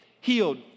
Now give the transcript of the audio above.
healed